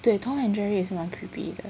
对 Tom and Jerry 也是蛮 creepy 的